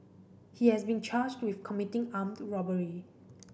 he has been charged with committing armed robbery